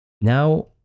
Now